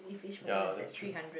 ya that's true